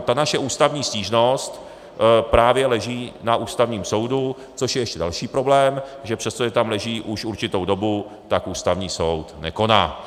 Ta naše ústavní stížnost právě leží na Ústavním soudu, což je ještě další problém, že přestože tam leží už určitou dobu, tak Ústavní soud nekoná.